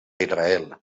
israel